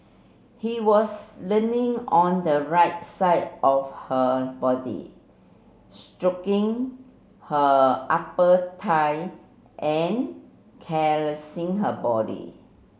he was leaning on the right side of her body stroking her upper thigh and caressing her body